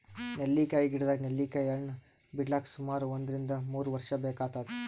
ನೆಲ್ಲಿಕಾಯಿ ಗಿಡದಾಗ್ ನೆಲ್ಲಿಕಾಯಿ ಹಣ್ಣ್ ಬಿಡ್ಲಕ್ ಸುಮಾರ್ ಒಂದ್ರಿನ್ದ ಮೂರ್ ವರ್ಷ್ ಬೇಕಾತದ್